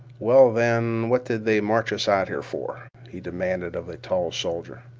well, then, what did they march us out here for? he demanded of the tall soldier.